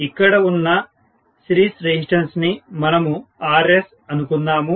ఇక్కడ ఉన్న series resistance ని మనము RS అనుకుందాము